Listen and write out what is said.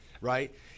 right